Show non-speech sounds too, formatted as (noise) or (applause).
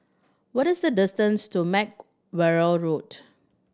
what is the distance to Mack (unintelligible) Road